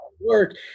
work